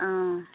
অঁ